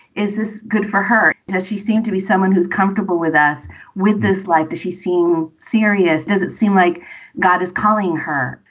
is this good for her? does she seem to be someone who's comfortable with us with this life? she seem serious? does it seem like god is calling her?